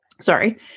Sorry